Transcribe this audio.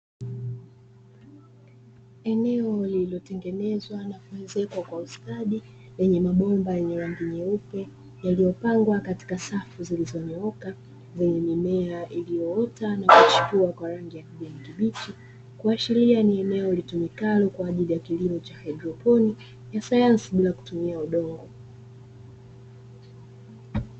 Eneo lililotengenezwa na kuezekwa kwa ustadi, lenye mabomba yenye rangi nyeupe yaliyopangwa katika safu zilizonyooka, zenye mimea iliyoota na kuchipua kwa rangi ya kijani kibichi, kuashiria ni eneo litumikalo kwa ajili ya kilimo cha haidroponi ya sayansi bila kutumia udongo.